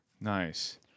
Nice